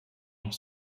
noch